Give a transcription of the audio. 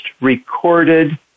recorded